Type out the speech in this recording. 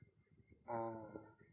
ah